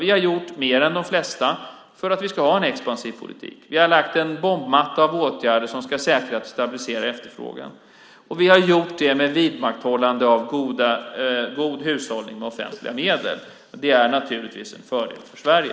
Vi har gjort mer än de flesta för att vi ska ha en expansiv politik. Vi har lagt en bombmatta av åtgärder som ska säkra en stabiliserad efterfrågan. Vi har gjort det med viktmakthållande av god hushållning med offentliga medel, och det är naturligtvis en fördel för Sverige.